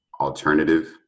alternative